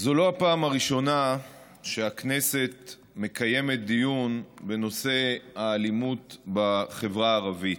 זו לא הפעם הראשונה שהכנסת מקיימת דיון בנושא האלימות בחברה הערבית,